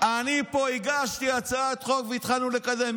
אני הגשתי פה הצעת חוק, והתחלנו לקדם.